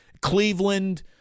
Cleveland